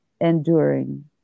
enduring